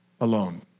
alone